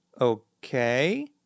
Okay